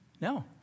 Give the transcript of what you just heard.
No